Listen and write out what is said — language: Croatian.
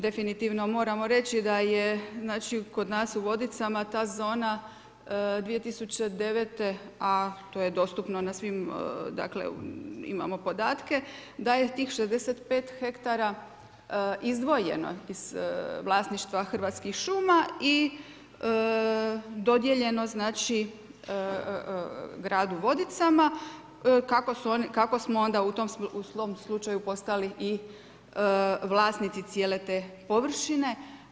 Definitivno moramo reći da je znači kod nas u Vodicama ta zona 2009. a to je dostupno na svim, dakle imamo podatke da je tih 65 ha izdvojeno iz vlasništva Hrvatskih šuma i dodijeljeno, znači gradu Vodicama kako smo onda u tom slučaju postali i vlasnici cijele te površine.